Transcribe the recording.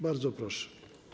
Bardzo proszę.